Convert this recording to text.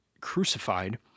crucified